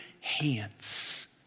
hands